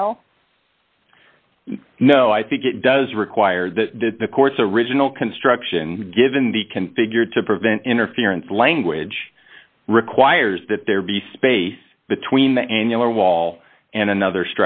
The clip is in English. pile no i think it does require that the court's original construction given the configured to prevent interference language requires that there be space between the annular wall and another